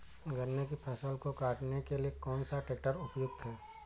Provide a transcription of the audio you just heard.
गन्ने की फसल को काटने के लिए कौन सा ट्रैक्टर उपयुक्त है?